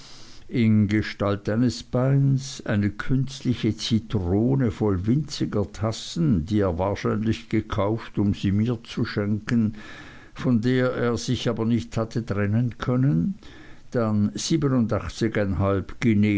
in gestalt eines beines eine künstliche zitrone voll winziger tassen die er wahrscheinlich gekauft um sie mir zu schenken von der er sich aber nicht hatte trennen können dann